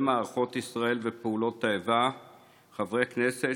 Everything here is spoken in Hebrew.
מערכות ישראל ופעולות האיבה ולהזמין חברי כנסת